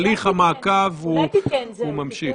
הליך המעכב ממשיך.